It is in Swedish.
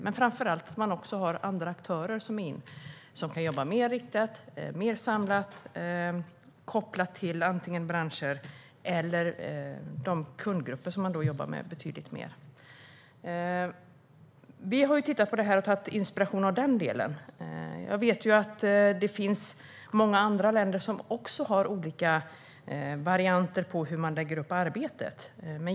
Men framför allt har man också andra aktörer som kan jobba mer riktat, mer samlat och betydligt mer kopplat till antingen branscher eller de kundgrupper man jobbar med. Vi har tittat på detta och tagit inspiration av den delen. Jag vet att det finns många andra länder som också har olika varianter på hur man lägger upp arbetet.